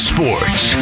Sports